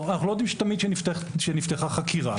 אנחנו לא תמיד יודעים שנפתחה חקירה,